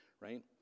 right